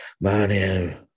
man